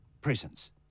presence